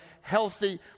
healthy